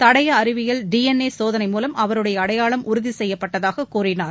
தடய அறிவியல் டிஎன்ஏ சோதனை மூவம் அவருடைய அடையாளம் உறுதி செய்யப்பட்டதாக கூறினார்